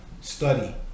Study